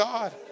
God